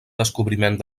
descobriment